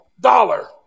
dollar